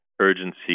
urgency